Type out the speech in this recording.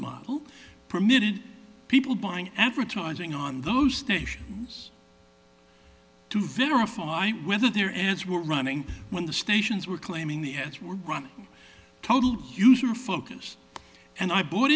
model permitted people buying advertising on those stations to verify whether their ends were running when the stations were claiming the s were running total huge unfocused and i bought